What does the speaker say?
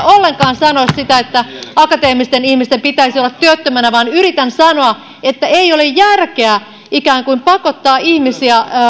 ollenkaan sanoa sitä että akateemisten ihmisten pitäisi olla työttömänä vaan yritän sanoa että ei ole järkeä ikään kuin pakottaa ihmisiä